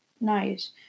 nice